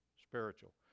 spiritual